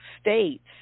states